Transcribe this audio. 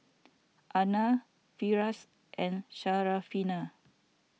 Aina Firash and Syarafina